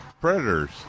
predators